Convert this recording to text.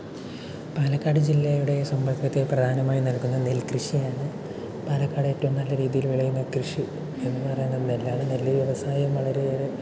പാലക്കാട് ജില്ലയുടെ സമ്പൽവൃദ്ധി പ്രധാനമായും നൽകുന്നത് നെൽക്കൃഷിയാണ് പാലക്കാട് ഏറ്റവും നല്ല രീതിയിൽ വിളയുന്ന കൃഷി എന്നു പറയുന്നത് നെല്ലാണ് നെല്ല് വ്യവസായം വളരെയേറേ